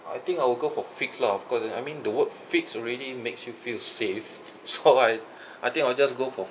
I think I will go for fixed lah of course I mean the word fixed already makes you feel safe so I I think I'll just go for